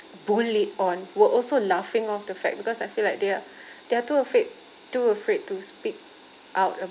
bullied on were also laughing off the fact because I feel like they are they are too afraid to afraid to speak out